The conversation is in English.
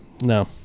No